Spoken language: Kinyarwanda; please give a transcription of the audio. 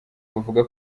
bavuga